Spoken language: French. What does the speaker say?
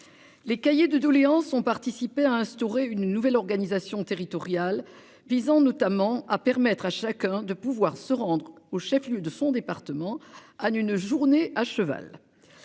Les cahiers de doléances ont participé à instaurer une nouvelle organisation territoriale visant notamment à permettre à chacun de pouvoir se rendre au chef-, lieu de son département Anne une journée à cheval.